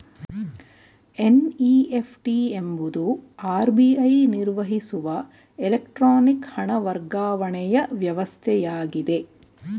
NEFT ಎಂಬುದು RBI ನಿರ್ವಹಿಸುವ electronic ಹಣ ವರ್ಗಾವಣೆಯ ವ್ಯವಸ್ಥೆಯಾಗಿದೆ